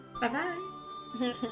Bye-bye